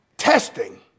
testing